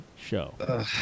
show